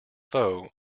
foe